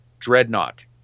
Dreadnought